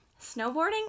Snowboarding